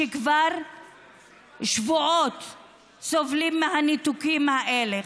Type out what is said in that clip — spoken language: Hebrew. שכבר שבועות סובלים מהניתוקים האלה.